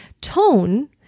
Tone